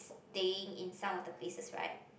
staying in some of the places right